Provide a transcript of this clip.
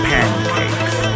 Pancakes